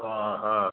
हा हा